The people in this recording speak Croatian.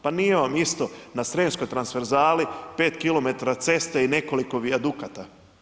Pa nije vam isto na srijemskoj transverzali 5 km ceste i nekoliko vijadukata.